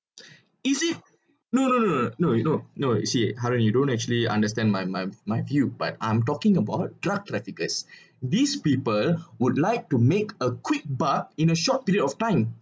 is it no no no no no you know no is it haren you don't actually understand my my my view but I'm talking about drug traffickers these people would like to make a quick buck in a short period of time